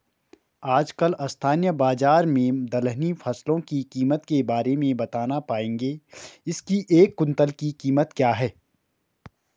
आजकल स्थानीय बाज़ार में दलहनी फसलों की कीमत के बारे में बताना पाएंगे इसकी एक कुन्तल की कीमत क्या है?